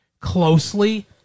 closely